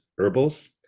herbals